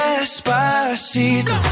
Despacito